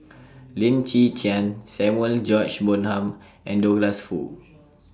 Lim Chwee Chian Samuel George Bonham and Douglas Foo